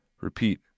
repeat